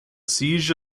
siege